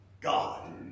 God